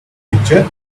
picture